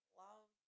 love